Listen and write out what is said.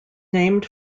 named